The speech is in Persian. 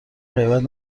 غیبت